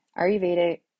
Ayurveda